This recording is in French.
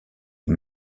est